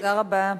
תודה רבה.